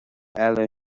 eile